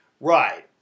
Right